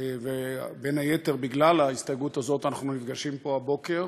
ובין היתר בגלל ההסתייגות הזאת אנחנו נפגשים פה הבוקר.